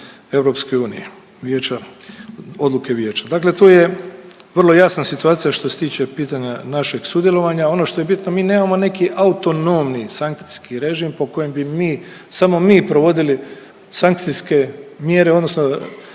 Europske unije, odluke Vijeća. Dakle tu je vrlo jasna situacija što se tiče pitanja našeg sudjelovanja. Ono što je bitno mi nemamo neki autonomni sankcijski režim po kojem bi mi samo, mi provodili sankcijske mjere odnosno